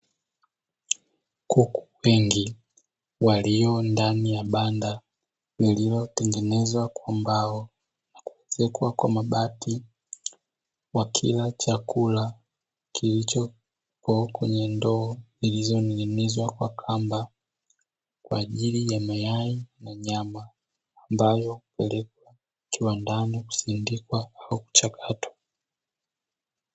kuku wengi waliondani ya banda lililo tengenezwa kwa mbao na kuezekwa kwamabati wakila chakula kilicho kwenye ndoo zilizo ninginizwa kwa kamba kwaajili ya mayai na nyama ambayo hupelekwa kiwandani kusindikwa au kuchakatwa.